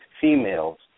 females